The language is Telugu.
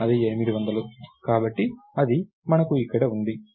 అది 800 కాబట్టి అది మనకు ఇక్కడ ఉంది